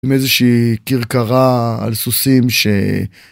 איזה שהיא כרכרה על סוסים. ש...